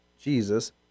Jesus